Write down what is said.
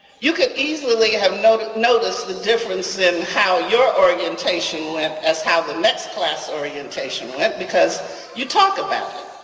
you could easily have noticed noticed the difference in how your orientation went as how the next class orientation went because you talk about.